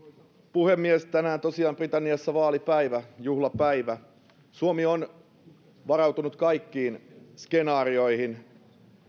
puhemies tänään tosiaan britanniassa on vaalipäivä juhlapäivä suomi on varautunut kaikkiin skenaarioihin